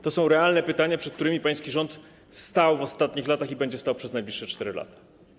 To są realne pytania, przed którymi pański rząd stał w ostatnich latach i będzie stał przez najbliższe 4 lata.